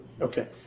okay